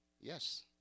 Yes